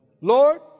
Lord